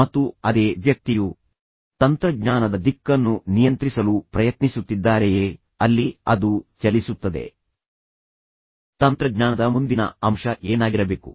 ಮತ್ತು ಅದೇ ವ್ಯಕ್ತಿಯು ತಂತ್ರಜ್ಞಾನದ ದಿಕ್ಕನ್ನು ನಿಯಂತ್ರಿಸಲು ಪ್ರಯತ್ನಿಸುತ್ತಿದ್ದಾರೆಯೇ ಅಲ್ಲಿ ಅದು ಚಲಿಸುತ್ತದೆ ತಂತ್ರಜ್ಞಾನದ ಮುಂದಿನ ಅಂಶ ಏನಾಗಿರಬೇಕು